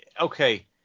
okay